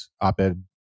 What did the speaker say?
op-ed